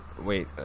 wait